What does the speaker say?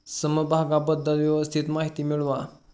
समभागाबद्दल व्यवस्थित माहिती मिळवा